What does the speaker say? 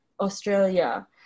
Australia